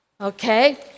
Okay